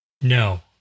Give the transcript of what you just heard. No